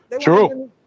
True